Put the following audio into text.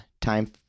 time